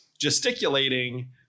gesticulating